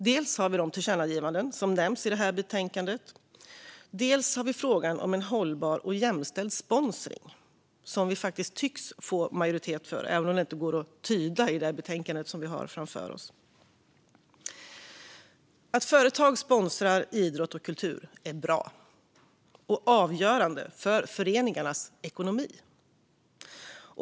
Dels är det de tillkännagivanden som nämns i betänkandet, dels är det frågan om en hållbar och jämställd sponsring, som vi faktiskt tycks få majoritet för - även om det inte går att tyda i betänkandet vi har framför oss. Att företag sponsrar idrott och kultur är bra och avgörande för föreningarnas ekonomi.